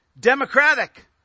Democratic